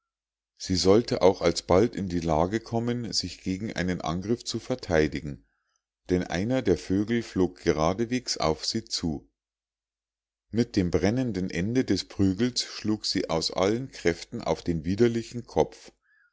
sie sollte auch alsbald in die lage kommen sich gegen einen angriff zu verteidigen denn einer der vögel flog geradewegs auf sie zu mit dem brennenden ende des prügels schlug sie aus allen kräften auf den widerlichen kopf